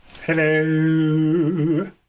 Hello